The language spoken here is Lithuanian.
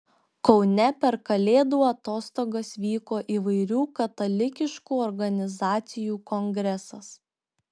kaune per kalėdų atostogas vyko įvairių katalikiškų organizacijų kongresas